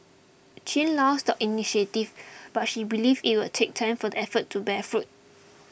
chin lauds the initiatives but she believes it will take time for the efforts to bear fruit